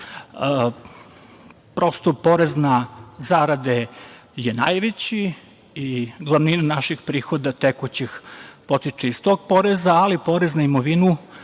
Prosto, porez na zarade je najveći i glavnina naših prihoda tekućih potiče iz tog poreza, ali porez na imovinu